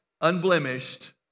unblemished